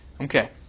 Okay